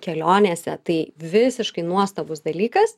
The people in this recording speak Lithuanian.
kelionėse tai visiškai nuostabus dalykas